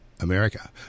America